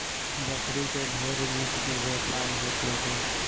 बकरी से ढेर मीट के व्यापार होत बाटे